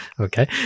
Okay